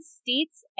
state's